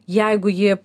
jeigu ji